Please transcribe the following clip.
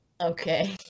okay